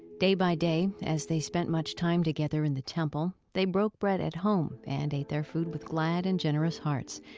day by day, as they spent much time together in the temple, they broke bread at home and ate their food with glad and generous hearts,